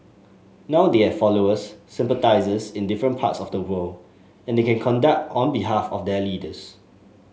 now they have followers sympathisers in different parts of the world and they conduct on behalf of their leaders